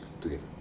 together